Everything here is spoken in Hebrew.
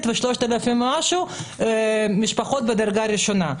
ויותר מ-3,000 משפחות בדרגה ראשונה.